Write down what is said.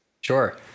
Sure